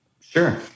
Sure